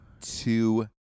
two